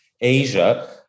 Asia